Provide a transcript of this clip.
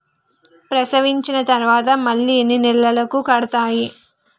ప్రసవించిన తర్వాత మళ్ళీ ఎన్ని నెలలకు కడతాయి?